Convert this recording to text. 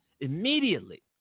immediately